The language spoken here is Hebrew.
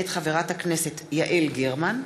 של חברות הכנסת זהבה גלאון,